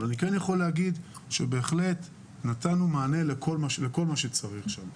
אני כן יכול להגיד שבהחלט נתנו מענה לכל מה שצריך שם.